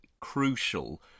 crucial